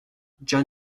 john